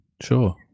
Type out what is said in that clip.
Sure